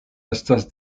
estas